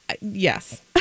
Yes